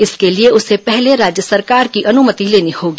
इसके लिए उसे पहले राज्य सरकार की अनुमति लेनी होगी